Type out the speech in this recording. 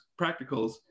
practicals